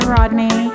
Rodney